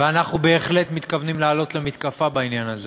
ואנחנו בהחלט מתכוונים לעלות למתקפה בעניין הזה